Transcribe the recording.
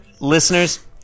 listeners